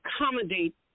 accommodate